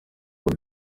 uba